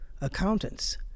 accountants